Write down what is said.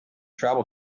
tribal